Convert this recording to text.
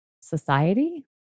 Society